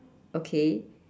okay